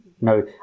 No